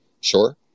Sure